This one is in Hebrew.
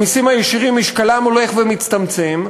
הולך ומצטמצם.